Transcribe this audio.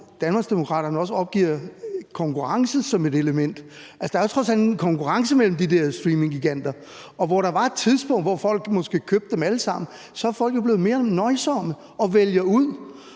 Danmarksdemokraterne også opgiver konkurrence som et element. Altså, der er trods alt en konkurrence imellem de der streaminggiganter, og hvor der før var et tidspunkt, hvor folk måske købte dem alle sammen, så er folk jo blevet mere nøjsomme og vælger ud.